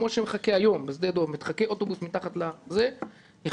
כמו שמחכה היום בשדה דב.